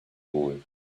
wool